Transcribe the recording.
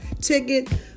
ticket